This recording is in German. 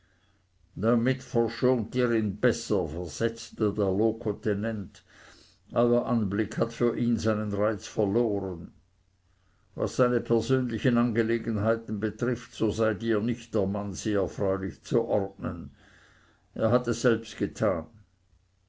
damit verschont ihr ihn besser versetzte der locotenent euer anblick hat für ihn seinen reiz verloren was seine persönlichen angelegenheiten betrifft so seid ihr nicht der mann sie erfreulich zu ordnen er hat es eben selbst getan